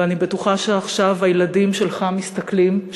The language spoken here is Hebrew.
ואני בטוחה שעכשיו הילדים שלך מסתכלים,